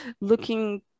looking